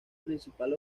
principal